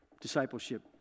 discipleship